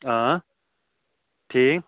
آ ٹھیٖک